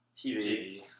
TV